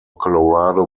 colorado